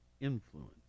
influence